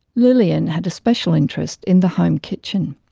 lillian had a special interest in the home kitchen.